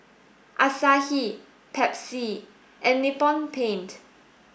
Asahi Pepsi and Nippon Paint